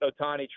Otani